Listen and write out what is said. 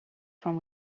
from